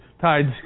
tides